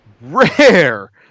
rare